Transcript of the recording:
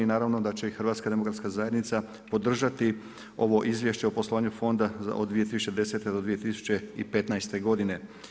I naravno da će i Hrvatska demokratska zajednica podržati ovo Izvješće o poslovanju Fonda od 2010. do 2015. godine.